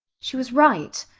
she was right.